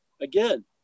again